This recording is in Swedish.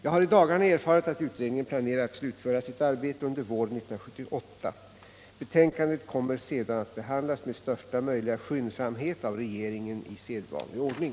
Jag har i dagarna erfarit att utredningen planerar att slutföra sitt arbete under våren 1978. Betänkandet kommer sedan att behandlas med största möjliga skyndsamhet av regeringen i sedvanlig ordning.